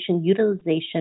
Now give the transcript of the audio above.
utilization